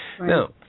Now